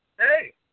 hey